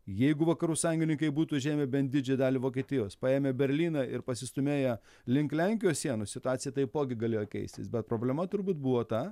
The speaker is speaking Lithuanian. jeigu vakarų sąjungininkai būtų užėmę bent didžią dalį vokietijos paėmę berlyną ir pasistūmėję link lenkijos sienų situacija taipogi galėjo keistis bet problema turbūt buvo ta